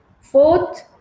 Fourth